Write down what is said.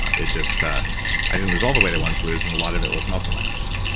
ah it just, ah i didn't lose all the weight i wanted to lose, and a lot of it was muscle mass,